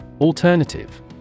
Alternative